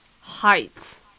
heights